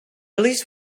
least